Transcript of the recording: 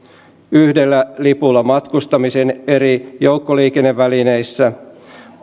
yhdellä lipulla matkustamisen eri joukkoliikennevälineissä